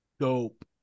Dope